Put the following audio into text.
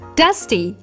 dusty